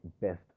best